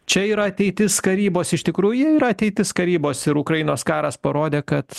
čia yra ateitis karybos iš tikrųjų ji yra ateitis karybos ir ukrainos karas parodė kad